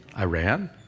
Iran